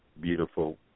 beautiful